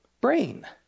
brain